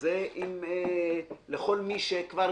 זה לכל מי שכבר